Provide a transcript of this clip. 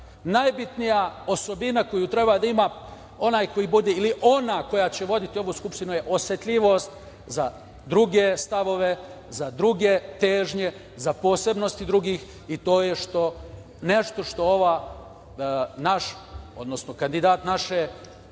najbitnija osobina koju treba da onaj koji bude ili ona koja će voditi ovu Skupštinu je osetljivost za druge stavove, za druge težnje, za posebnosti drugih i to je nešto što naš, odnosno kandidat naše